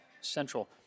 central